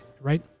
Right